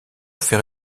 fait